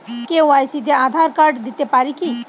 KYC তে Aadhaar card দিতে পারি কি?